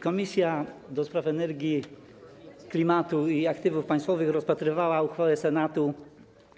Komisja do Spraw Energii, Klimatu i Aktywów Państwowych rozpatrywała uchwałę Senatu